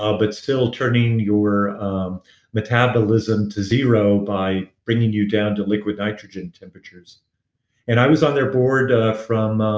ah but still turning your um metabolism to zero by bringing you down to liquid nitrogen temperatures and i was on their board ah from ah